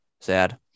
sad